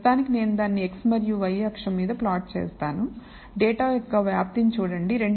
ప్రస్తుతానికి నేను దానిని x మరియు y అక్షం మీద ప్లాట్ చేసాను డేటా యొక్క వ్యాప్తిని చూడండి